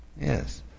Yes